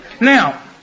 Now